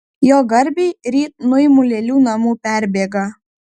jo garbei ryt nuimu lėlių namų perbėgą